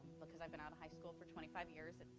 because i've been out of high school for twenty five years, and